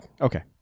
Okay